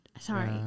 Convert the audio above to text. sorry